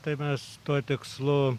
tai mes tuo tikslu